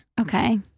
Okay